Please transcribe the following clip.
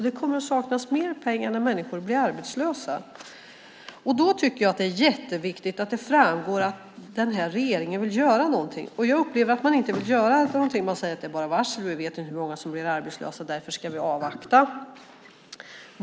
Det kommer att saknas mer pengar när människor blir arbetslösa. Då är det jätteviktigt att det framgår att regeringen vill göra något. Jag upplever att man inte gör något. Man säger bara att det är fråga om varsel och att man inte vet hur många som kommer att bli arbetslösa och därför ska man avvakta.